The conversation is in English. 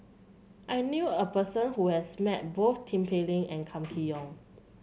I knew a person who has met both Tin Pei Ling and Kam Kee Yong